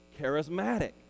charismatic